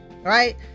right